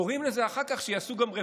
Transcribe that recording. קוראים לזה אחר כך גם רפורמה.